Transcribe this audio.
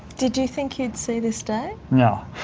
did you think you'd see this day? no,